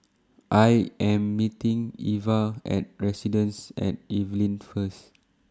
I Am meeting Iva At Residences At Evelyn First